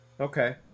Okay